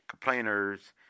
complainers